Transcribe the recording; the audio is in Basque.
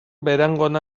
berangon